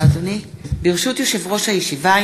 ברשות יושב-ראש הישיבה,